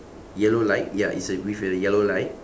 yellow light ya it's a with a yellow light